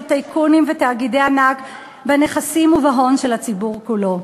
טייקונים ותאגידי ענק בנכסים ובהון של הציבור כולו.